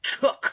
took